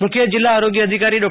મુખ્ય જિલ્લા આરોગ્ય અધિકારી ડો